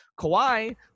Kawhi